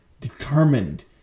determined